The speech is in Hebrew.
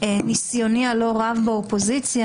ניסיוני הלא רב באופוזיציה.